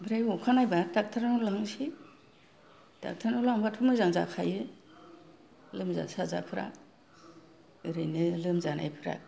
ओमफ्राय अखा नायबा डाक्टारनाव लांसै डाक्टारनाव लांबाथ' मोजां जाखायो लोमजा साजाफ्रा ओरैनो लोमजानायफ्रा